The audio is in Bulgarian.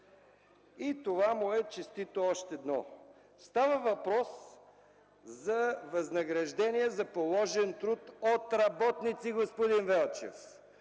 И това му е честито, още едно! Става въпрос за възнаграждение за положен труд от работници, господин Велчев,